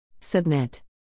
Submit